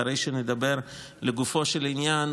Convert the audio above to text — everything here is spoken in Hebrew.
אחרי שנדבר לגופו של עניין,